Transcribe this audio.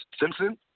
Simpson